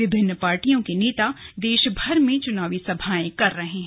विभिन्नि पार्टियों के नेता देशभर में चुनाव सभाएं कर रहे हैं